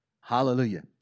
Hallelujah